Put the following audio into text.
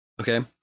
okay